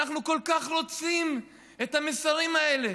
אנחנו כל כך רוצים את המסרים האלה.